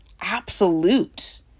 absolute